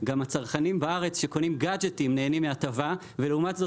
שגם הצרכנים בארץ שקונים גאג'טים נהנים מההטבה ולעומת זאת